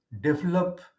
develop